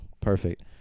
perfect